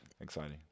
exciting